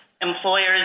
employers